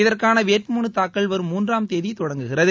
இதற்கான வேட்புமனு தாக்கல் வரும் மூன்றாம் தேதி தொடங்குகிறது